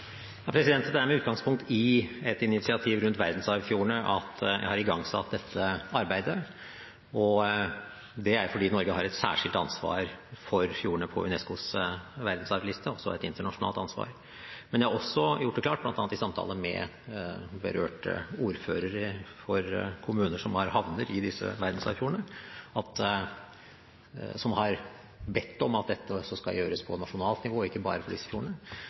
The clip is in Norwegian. Det er med utgangspunkt i et initiativ rundt verdensarvfjordene jeg har igangsatt dette arbeidet. Det er fordi Norge har et særskilt ansvar for fjordene på UNESCOs verdensarvliste, også et internasjonalt ansvar. Men jeg har også gjort det klart, bl.a. i samtaler med berørte ordførere for kommuner som har havner i disse verdensarvfjordene, og som har bedt om at dette også skal gjøres på nasjonalt nivå, ikke bare for